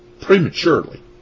prematurely